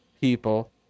people